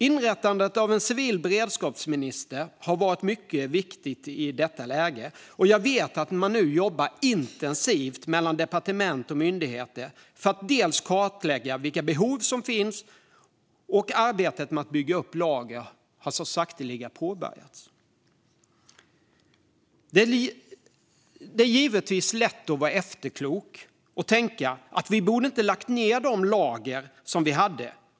Inrättandet av en civil beredskapsminister har varit mycket viktigt i detta läge, och jag vet att man nu jobbar intensivt mellan departement och myndigheter för att bland annat kartlägga vilka behov som finns. Arbetet med att bygga upp lager har också så sakteliga påbörjats. Det är givetvis lätt att vara efterklok och tänka att vi inte borde ha lagt ned de lager som vi hade.